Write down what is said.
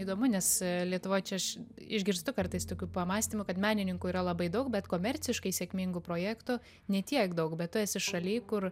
įdomu nes lietuvoj čia aš išgirstu kartais tokių pamąstymų kad menininkų yra labai daug bet komerciškai sėkmingų projektų ne tiek daug bet tu esi šaly kur